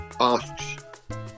asks